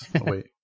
Wait